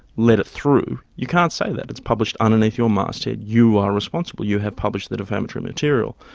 let it through', you can't say that. it's published underneath your masthead, you are responsible, you have published the defamatory material.